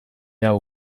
hau